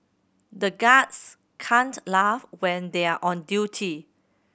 the guards can't laugh when they are on duty